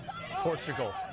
Portugal